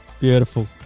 Beautiful